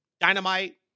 Dynamite